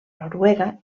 noruega